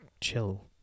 chill